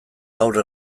gaur